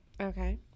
okay